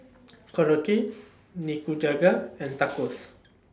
Korokke Nikujaga and Tacos